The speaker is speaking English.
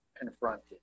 confronted